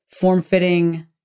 form-fitting